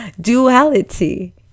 Duality